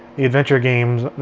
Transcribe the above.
adventure games,